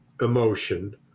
emotion